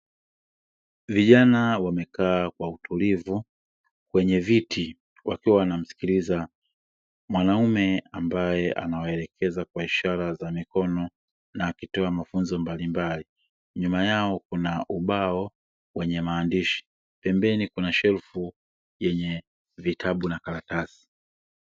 Vijana wamekaa kwa utulivu kwenye viti, wakiwa wanasikiliza mwanaume ambaye anawaelekeza kwa ishara za mikono na akitoa mafunzo mbalimbali, nyuma yao kuna ubao wenye maandishi, pembeni kuna shelfu yenye vitabu na karatasi.